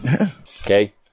Okay